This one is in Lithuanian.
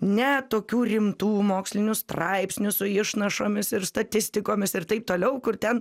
ne tokių rimtų mokslinių straipsnių su išnašomis ir statistikos ir taip toliau kur ten